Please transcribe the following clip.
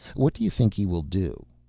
what do you think he will do?